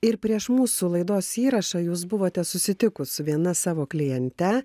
ir prieš mūsų laidos įrašą jūs buvote susitikus su viena savo kliente